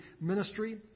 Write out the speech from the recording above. ministry